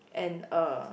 and uh